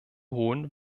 hohen